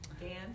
Dan